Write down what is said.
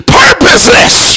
purposeless